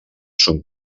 són